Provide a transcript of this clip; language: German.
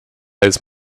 ist